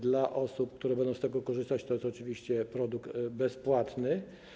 Dla osób, które będą z tego korzystać, będzie to oczywiście produkt bezpłatny.